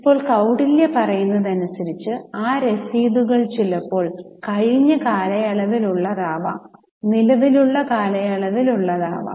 ഇപ്പോൾ കൌടില്യ പറയുന്നതനുസരിച് ആ രസീതുകൾ ചിലപ്പോൾ കഴിഞ്ഞ കാലയളവിൽ ഉള്ളതാവാം നിലവിലുള്ള കാലയളവിൽ ഉള്ളതാവാം